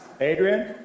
Adrian